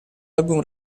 album